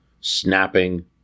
snapping